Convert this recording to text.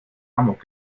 amok